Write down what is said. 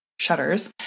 shutters